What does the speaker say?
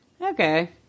Okay